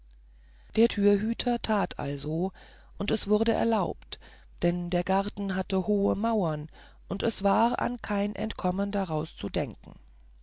der türhüter tat also und es wurde erlaubt denn der garten hatte hohe mauern und es war an kein entkommen daraus zu denken